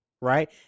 right